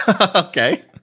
Okay